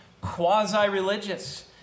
quasi-religious